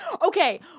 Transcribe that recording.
Okay